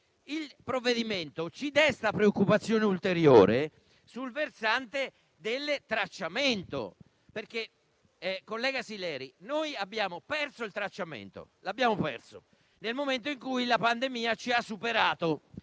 Il provvedimento ci desta preoccupazione ulteriore sul versante del tracciamento. Collega Sileri, noi abbiamo perso il tracciamento nel momento in cui la pandemia ci ha superato,